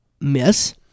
miss